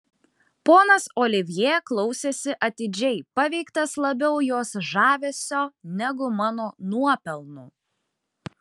ponas olivjė klausėsi atidžiai paveiktas labiau jos žavesio negu mano nuopelnų